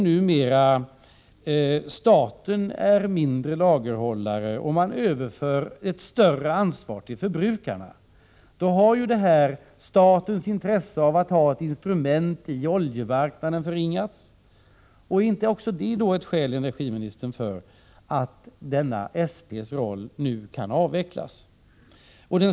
Numera är staten en mindre lagerhållare, och man har överfört ett större ansvar till förbrukarna. Då har statens intresse av att ha ett instrument i oljemarknaden förringats. Är inte också det ett skäl, energiministern, att avveckla SP?